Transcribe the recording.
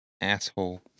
asshole